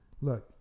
Look